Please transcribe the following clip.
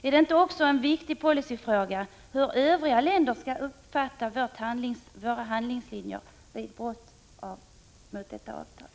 Är det inte också en viktig policyfråga hur övriga länder skall uppfatta våra handlingslinjer vid brott mot detta avtal?